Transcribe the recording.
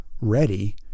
ready